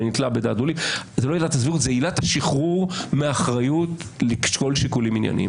זה עילת השחרור מאחריות לשקול שיקולים עניינים.